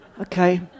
Okay